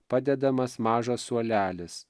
padedamas mažas suolelis